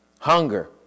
Hunger